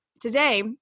today